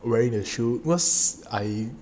wearing the shoes cause I